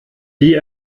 die